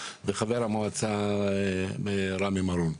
ועם חבר המועצה ראמי מארון.